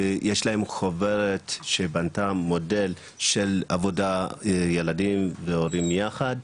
יש להם חוברת שבנתה מודל של עבודה של ילדים והורים יחד,